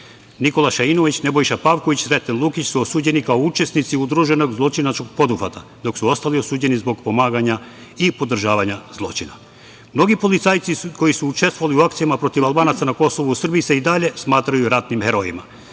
Nikola Šainović, Nebojša Pavković i Sreten Lukić su osuđeni kao učesnici udruženog zločinačkog poduhvata, dok su ostali osuđeni zbog pomaganja i podržavanja zločina. Mnogi policajci koji su učestvovali u akcijama protiv Albanaca na Kosovu u Srbiji se i dalje smatraju ratnim herojima.